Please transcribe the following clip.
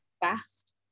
fast